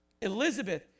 Elizabeth